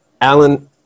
Alan